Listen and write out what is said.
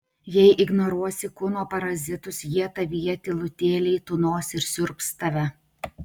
jei ignoruosi kūno parazitus jie tavyje tylutėliai tūnos ir siurbs tave